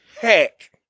heck